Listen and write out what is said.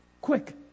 Quick